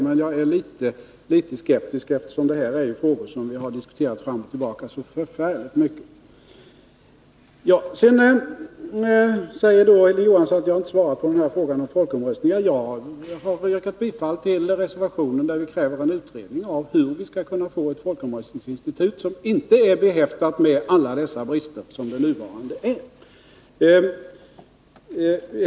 Men jag är litet skeptisk, eftersom det här gäller frågor som vi har diskuterat fram och tillbaka så förfärligt mycket. Sedan säger Hilding Johansson att jag inte har svarat på frågan om folkomröstning. Jag har yrkat bifall till reservationen, där vi kräver en utredning om hur vi skall kunna få ett folkomröstningsinstitut som inte har alla dess brister som det nuvarande är behäftat med.